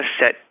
set